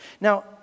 Now